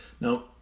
Now